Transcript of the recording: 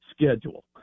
schedule